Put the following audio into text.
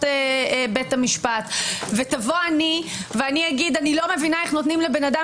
בית המשפט ואני אגיד: לא מבינה איך נותנים לאדם